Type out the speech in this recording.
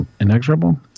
Inexorable